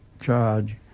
charge